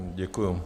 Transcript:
Děkuju.